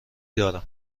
دارم